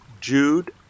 Jude